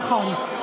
נכון,